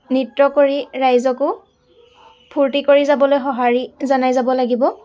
নৃত্য় কৰি ৰাইজকো ফূৰ্তি কৰি যাবলৈ সঁহাৰি জনাই যাব লাগিব